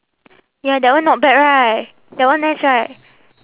ya that one not bad right that one nice right